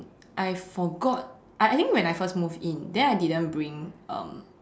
I forgot I think when I first moved in then I didn't bring um